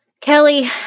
Kelly